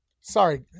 Sorry